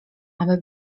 aby